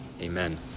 Amen